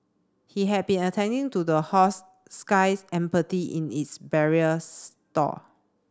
he had been attending to the horse skies empathy in its barrier stall